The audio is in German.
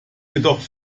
jedoch